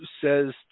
says